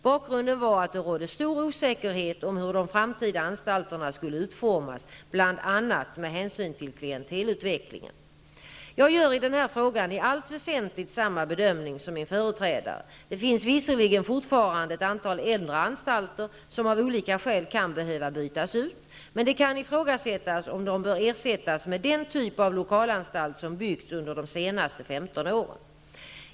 Bakgrunden var att det rådde stor osäkerhet om hur de framtida anstalterna skulle utformas, bl.a. med hänsyn till klientelutvecklingen. Jag gör i den här frågan i allt väsentligt samma bedömning som min företrädare. Det finns visserligen fortfarande ett antal äldre anstalter som av olika skäl kan behöva bytas ut, men det kan ifrågasättas om de bör ersättas med den typ av lokalanstalt som byggts under de senaste 15 åren.